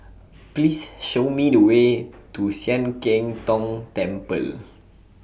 Please Show Me The Way to Sian Keng Tong Temple